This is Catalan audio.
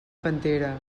pantera